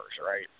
right